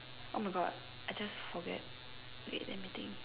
oh my God I just forget wait let me think